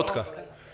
קל מאוד.